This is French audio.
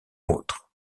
autre